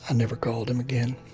ah never called him again